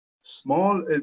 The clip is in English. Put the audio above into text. Small